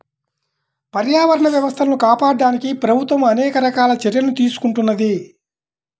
పర్యావరణ వ్యవస్థలను కాపాడడానికి ప్రభుత్వం అనేక రకాల చర్యలను తీసుకుంటున్నది